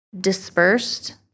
dispersed